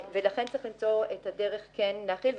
צריך למצוא את הדרך כן להחיל את זה.